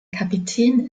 kapitän